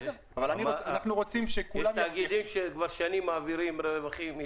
יש כבר שנים שמעבירים רווחים.